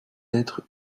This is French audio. être